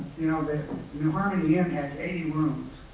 you know, the new harmony inn has eighty rooms.